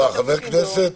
לחבר כנסת